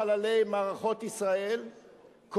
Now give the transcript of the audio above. המספר הזה הוא גדול יותר ממספר כל חללי מערכות ישראל,